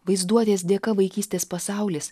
vaizduotės dėka vaikystės pasaulis